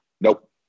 Nope